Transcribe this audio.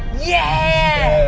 yeah.